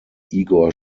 igor